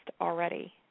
already